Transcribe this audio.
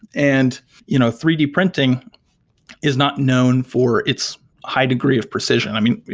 and you know three d printing is not known for its high degree of precision. i mean,